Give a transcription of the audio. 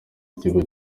w’ikigo